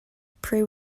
pray